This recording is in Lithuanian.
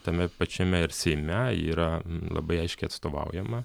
tame pačiame ir seime ji yra labai aiškiai atstovaujama